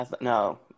No